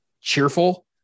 cheerful